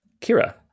Kira